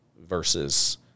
versus